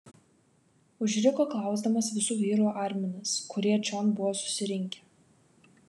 užriko klausdamas visų vyrų arminas kurie čion buvo susirinkę